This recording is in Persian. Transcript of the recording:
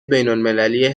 بینالمللی